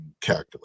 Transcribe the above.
calculate